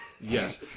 Yes